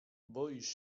boisz